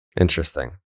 Interesting